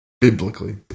Biblically